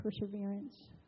perseverance